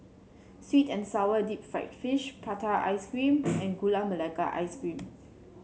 sweet and sour Deep Fried Fish Prata Ice Cream and Gula Melaka Ice Cream